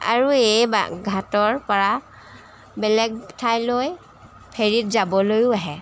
আৰু এই বা ঘাটৰপৰা বেলেগ ঠাইলৈ হেৰিত যাবলৈও আহে